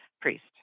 priest